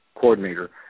coordinator